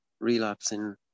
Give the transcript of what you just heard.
relapsing